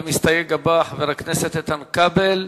המסתייג הבא, חבר הכנסת איתן כבל.